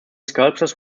sculptures